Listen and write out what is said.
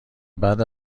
بعد